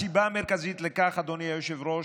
הסיבה המרכזית לכך, אדוני היושב-ראש,